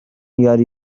یاری